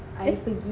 eh